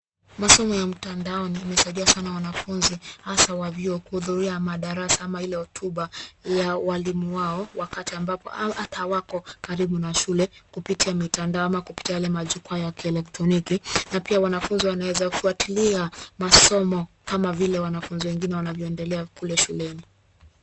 Masomo ya mtandaoni imesaidia sana wanafunzi, hasaa wa vyuo kuhudhuria madarasa ama ile hotuba ya walimu wao, wakati ambao hata hawako karibu na shule, kupitia mitandao, ama kupitia yale majukwaa ya kielektroniki. Na pia wanafunzi wanaeza fuatilia masomo kama vile wanafunzi wengine wanavyoendelea kule shuleni.